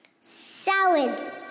Salad